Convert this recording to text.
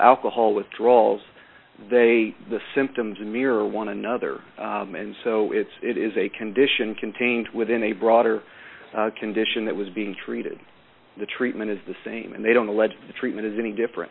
alcohol withdrawals they the symptoms mirror one another and so it's it is a condition contained within a broader condition that was being treated the treatment is the same and they don't allege the treatment is any different